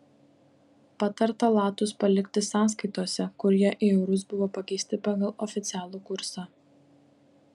patarta latus palikti sąskaitose kur jie į eurus buvo pakeisti pagal oficialų kursą